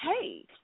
Hey